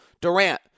Durant